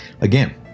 again